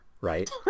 right